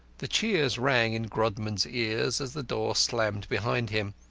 the cheers rang in grodman's ears as the door slammed behind him.